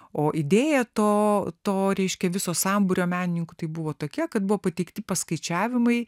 o idėja to to reiškė viso sambūrio menininkų tai buvo tokia kad buvo pateikti paskaičiavimai